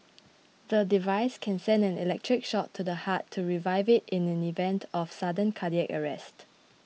the device can send an electric shock to the heart to revive it in the event of sudden cardiac arrest